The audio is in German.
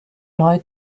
neu